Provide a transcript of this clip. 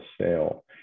sale